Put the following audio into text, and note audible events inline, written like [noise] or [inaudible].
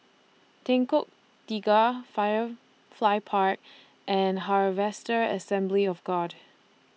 [unintelligible] Tiga Firefly Park and Harvester Assembly of God